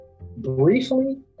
briefly